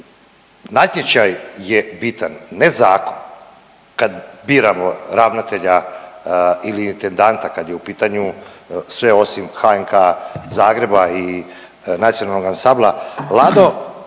natječaj je bitan, ne zakon, kad biramo ravnatelja ili intendanta kad je u pitanju sve osim HNK Zagreb i Nacionalnog ansambla „Lado“.